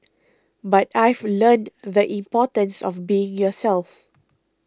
but I've learnt the importance of being yourself